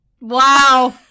Wow